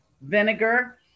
vinegar